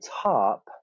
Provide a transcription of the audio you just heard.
top